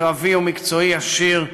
קרבי ומקצועי עשיר,